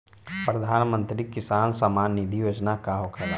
प्रधानमंत्री किसान सम्मान निधि योजना का होखेला?